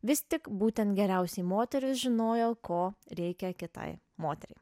vis tik būtent geriausiai moteris žinojo ko reikia kitai moteriai